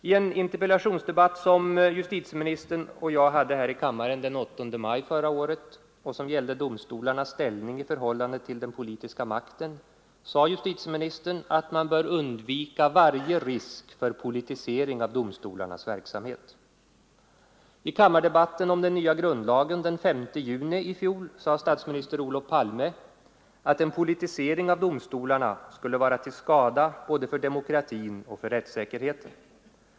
I en interpellationsdebatt som justitieministern och jag hade här i kammaren den 8 maj förra året och som gällde domstolarnas ställning i förhållande till den politiska makten sade justitieministern att man bör undvika varje risk för politisering av domstolarnas verksamhet. I kammardebatten om den nya grundlagen den 5 juni i fjol sade statsminister Olof Palme att en politisering av domstolarna skulle vara till skada både för demokratin och för rättssäkerheten.